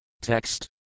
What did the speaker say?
Text